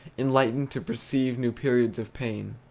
enlightened to perceive new periods of pain.